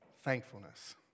thankfulness